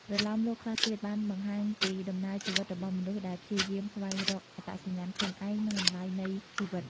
ប្រលោមលោកខ្លះទៀតបានបង្ហាញពីដំណើរជីវិតរបស់មនុស្សដែលព្យាយាមស្វែងរកអត្តសញ្ញាណខ្លួនឯង និងតម្លៃនៃជីវិត។